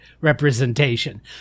representation